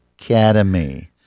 Academy